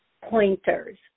pointers